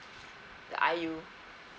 the I_U